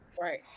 Right